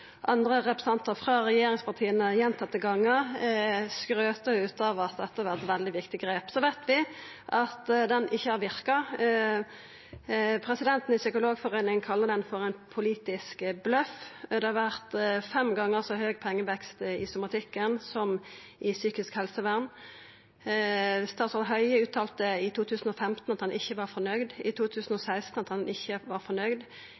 andre representantar frå regjeringspartia – gjentatte gonger skrytt av at dette var eit veldig viktig grep. Så veit vi at han ikkje har verka. Presidenten i Norsk Psykologforening kallar han for «en politisk bløff». Det vert fem gonger så høg kostnadsvekst i somatikken som i psykisk helsevern. Statsråd Høie uttalte i 2015 at han ikkje var fornøgd, i 2016 at han ikkje var fornøgd,